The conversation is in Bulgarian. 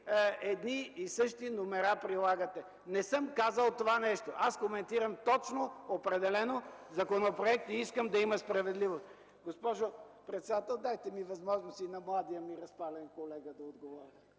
едни и същи номера прилагате. Не съм казал това нещо. Аз коментирам точно определен законопроект и искам да има справедливост. Госпожо председател, дайте ми възможност и на младия ми разпален колега да отговоря.